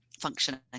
functioning